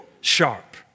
Sharp